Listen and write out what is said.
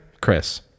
Chris